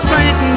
Saint